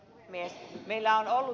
mies ei meillä on